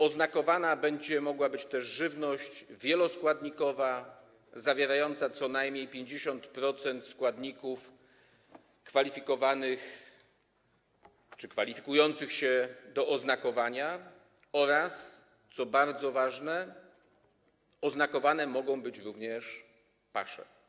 Oznakowana będzie mogła być też żywność wieloskładnikowa, zawierająca co najmniej 50% składników kwalifikujących się do oznakowania, oraz, co bardzo ważne, oznakowane mogą być również pasze.